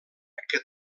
que